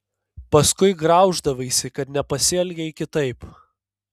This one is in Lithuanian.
paskui grauždavaisi kad nepasielgei kitaip